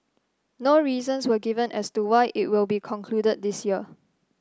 no reasons were given as to why it will be concluded this year